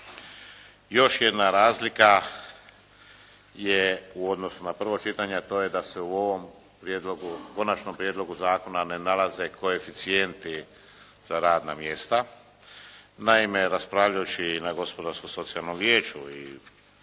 Još jedna razlika je u odnosu na prvo čitanje a to je da se u ovom prijedlogu, konačnom prijedlogu zakona ne nalaze koeficijenti za radna mjesta. Naime raspravljajući na Gospodarsko-socijalnom vijeću i